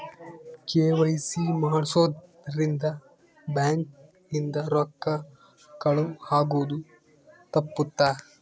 KYC ಮಾಡ್ಸೊದ್ ರಿಂದ bank ಇಂದ ರೊಕ್ಕ ಕಳುವ್ ಆಗೋದು ತಪ್ಪುತ್ತ